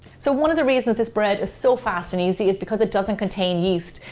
so one of the reasons this bread is so fast and easy is because it doesn't contain yeast,